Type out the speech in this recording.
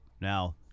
Now